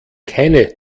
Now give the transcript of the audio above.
keine